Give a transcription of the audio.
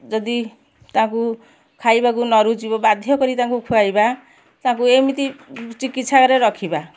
ଯଦି ତାକୁ ଖାଇବାକୁ ନ ରୁଚିବ ବାଧ୍ୟ କରିକି ତାଙ୍କୁ ଖୁଆଇବା ତାଙ୍କୁ ଏମିତି ଚିକିତ୍ସାରେ ରଖିବା